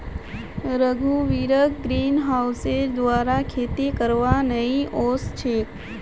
रघुवीरक ग्रीनहाउसेर द्वारा खेती करवा नइ ओस छेक